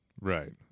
right